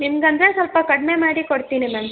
ನಿಮ್ಗೆ ಅಂದರೆ ಸ್ವಲ್ಪ ಕಡಿಮೆ ಮಾಡಿ ಕೊಡ್ತೀನಿ ಮ್ಯಾಮ್